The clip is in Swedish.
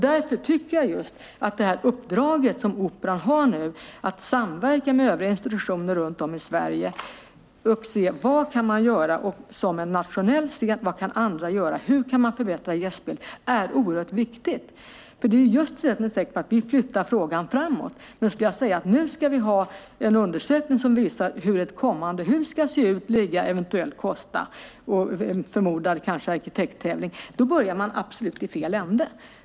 Därför tycker jag att det uppdrag som Operan nu har är oerhört viktigt. Det handlar om att samverka med övriga institutioner runt om i Sverige och se: Vad kan man göra som en nationell scen? Vad kan andra göra? Hur kan man förbättra gästspel? Vi flyttar frågan framåt. Men skulle jag säga att vi nu ska ha en undersökning som visar hur ett kommande hus ska se ut, var det ska ligga och eventuellt vad det ska kosta och att vi förmodligen ska ha en arkitekttävling börjar vi absolut i fel ände.